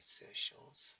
socials